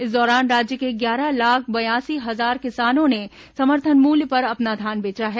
इस दौरान राज्य के ग्यारह लाख बयासी हजार किसानों ने समर्थन मूल्य पर अपना धान बेचा है